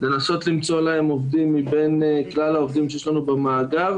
לנסות למצוא להם עובדים מבין כלל העובדים שיש לנו במאגר